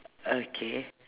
okay